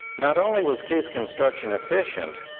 not only was case construction efficient,